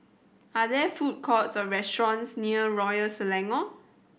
are there food courts or restaurants near Royal Selangor